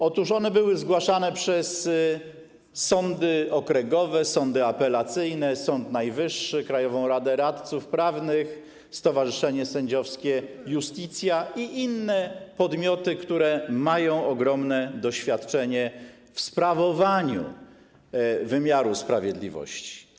Otóż one były zgłaszane przez sądy okręgowe, sądy apelacyjne, Sąd Najwyższy, Krajową Radę Radców Prawnych, Stowarzyszenie Sędziowskie Iustitia i inne podmioty, które mają ogromne doświadczenie w kwestiach związanych z wymiarem sprawiedliwości.